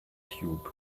tube